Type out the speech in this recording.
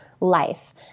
life